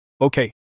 Okay